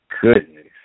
Goodness